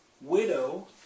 widow